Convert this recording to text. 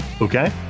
Okay